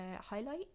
highlight